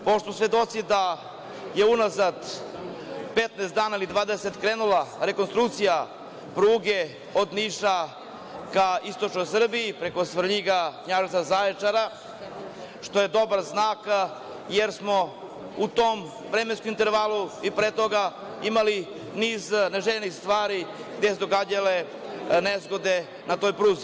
Svedoci smo da je unazad 15 dana ili 20, krenula rekonstrukcija pruge od Niša ka istočnoj Srbiji, preko Svrljiga, Knjaževca, Zaječara, što je dobar znak, jer smo u tom vremenskom intervalu, i pre toga, imali niz neželjenih situacija, gde su se događale nezgode na toj pruzi.